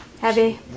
Heavy